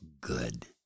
good